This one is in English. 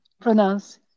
pronounce